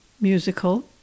Musical